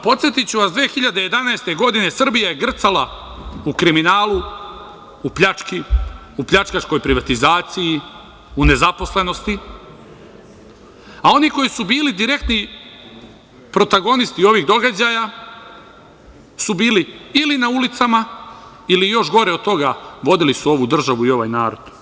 Podsetiću vas, 2011. godine Srbija je grcala u kriminalu, u pljački, u pljačkaškoj privatizaciji, u nezaposlenosti, a oni koji su bili direktni protagonisti ovih događaja su bili ili na ulicama ili, još gore od toga, vodili su ovu državu i ovaj narod.